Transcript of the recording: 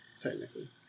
technically